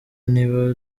niba